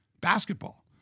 basketball